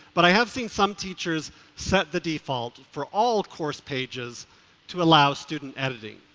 but i have seen some teachers set the default for all course pages to allow student editing.